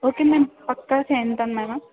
okay ma'am పక్కా చేయించుతాను madam